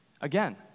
Again